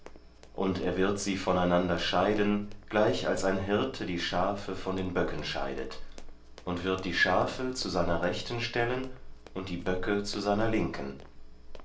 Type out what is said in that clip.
und er wird sie voneinander scheiden gleich als ein hirte die schafe von den böcken scheidet und wird die schafe zu seiner rechten stellen und die böcke zu seiner linken